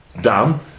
Dan